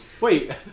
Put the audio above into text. Wait